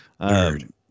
Nerd